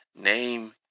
Name